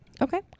Okay